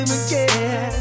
again